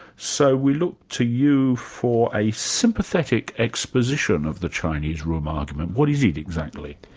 so we look to you for a sympathetic exposition of the chinese room argument. what is it exactly?